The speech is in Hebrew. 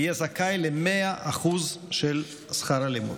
יהיה זכאי ל-100% של שכר הלימוד,